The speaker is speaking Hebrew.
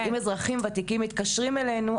אם אזרחים וותיקים מתקשרים אלינו,